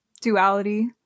duality